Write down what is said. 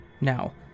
now